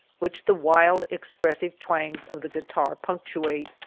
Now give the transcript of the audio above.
which the wild expressive twangs of the guitar punctuate.